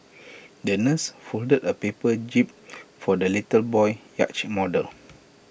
the nurse folded A paper jib for the little boy's yacht model